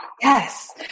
Yes